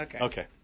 Okay